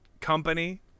company